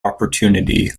opportunity